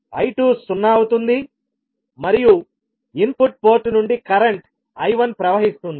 I2 సున్నా అవుతుంది మరియు ఇన్పుట్ పోర్ట్ నుండి కరెంట్ I1 ప్రవహిస్తుంది